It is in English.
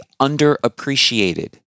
underappreciated